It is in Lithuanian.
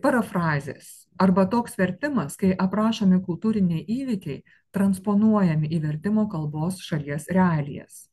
parafrazės arba toks vertimas kai aprašomi kultūriniai įvykiai transponuojami į vertimo kalbos šalies realijas